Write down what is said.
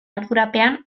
ardurapean